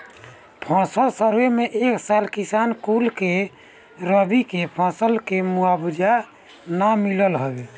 फसल सर्वे में ए साल किसान कुल के रबी के फसल के मुआवजा ना मिलल हवे